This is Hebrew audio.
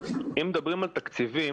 אם מדברים על תקציבים,